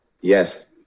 yes